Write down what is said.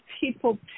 people